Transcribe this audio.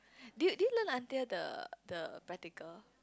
did did you learn until the the practical